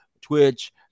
Twitch